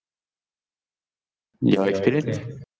your experience